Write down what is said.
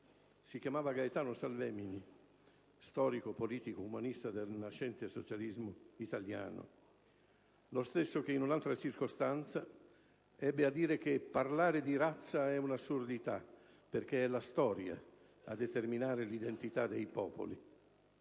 Si chiamava Gaetano Salvemini, storico, politico, umanista del nascente socialismo italiano. Lo stesso che, in un'altra circostanza, ebbe a dire che «parlare di razza è un'assurdità, perché è la Storia a determinare l'identità dei popoli».